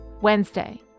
Wednesday